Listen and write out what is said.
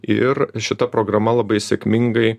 ir šita programa labai sėkmingai